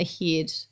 ahead